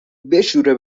بشوره